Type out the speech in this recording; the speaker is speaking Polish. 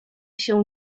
się